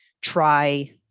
try